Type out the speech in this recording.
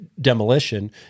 Demolition